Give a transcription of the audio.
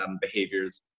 behaviors